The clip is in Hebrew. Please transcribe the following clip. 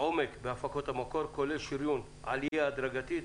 עומק בהפקות המקור, כולל שריון עלייה הדרגתית.